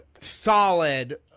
solid